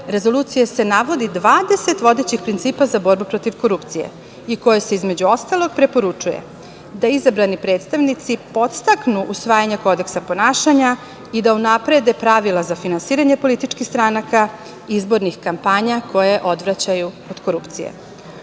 rezoluciji se navodi 20 vodećih principa za borbu protiv korupcije i u kojoj se, između ostalog, preporučuje da izabrani predstavnici podstaknu usvajanje kodeksa ponašanja i da unaprede pravila za finansiranje političkih stranaka, izbornih kampanja koje odvraćaju od korupcije.U